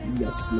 yes